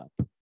up